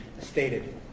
stated